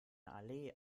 allee